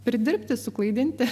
pridirbti suklaidinti